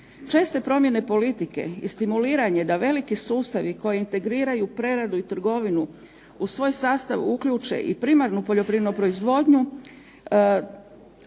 Česte promjene politike i stimuliranje da veliki sustavi koji integriraju preradu i trgovinu u svoj sastav uključe i primarnu poljoprivrednu proizvodnju